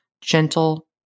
gentle